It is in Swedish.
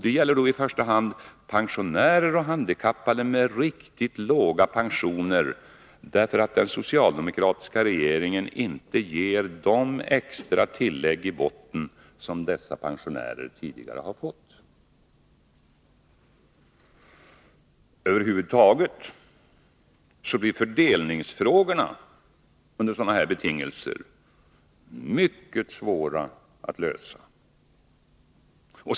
Det gäller då i första hand pensionärer och handikappade med riktigt låga pensioner, som den socialdemokratiska regeringen inte har gett de extra tillägg i botten som de tidigare har fått. Över huvud taget blir fördelningsfrågorna under dessa betingelser mycket svåra att lösa.